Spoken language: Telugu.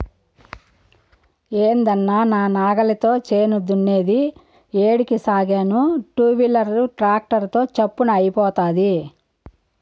ఏందన్నా నా నాగలితో చేను దున్నేది ఏడికి సాగేను టూవీలర్ ట్రాక్టర్ తో చప్పున అయిపోతాది